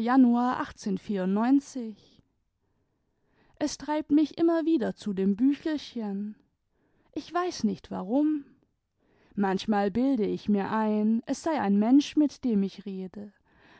januar es treibt mich immer wieder zu dem büchelchen ich weiß nicht warum manchmal bilde ich mir ein es sei ein mensch mit dem ich rede